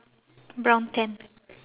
brown tent